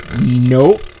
Nope